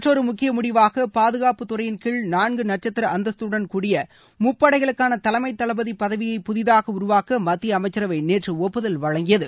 மற்றொரு முக்கிய முடிவாக பாதுகாப்புத்துறையின் கீழ் நான்கு நட்சத்திர அந்தஸ்துடன் கூடிய முப்படைகளுக்கான தலைமை தளபதி பதவியை புதிதாக உருவாக்க மத்திய அமைச்சரவை நேற்று ஒப்புதல் வழங்கியது